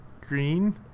Green